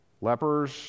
Lepers